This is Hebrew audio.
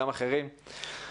אני חושב שצריך להתייחס